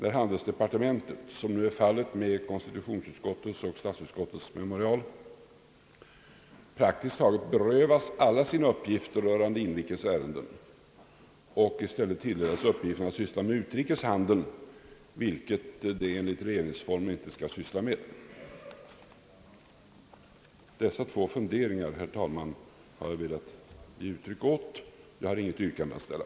I konstitutionsutskottets och statsutskottets utlåtanden har ju handelsdepartementet nu praktiskt taget berövats alla sina uppgifter rörande inrikesärenden och i stället tilldelats uppgiften att syssla med utrikeshandeln, som det enligt regeringsformen inte skall syssla med. Dessa två funderingar, herr talman, har jag velat ge uttryck åt. Jag har inte något yrkande att ställa.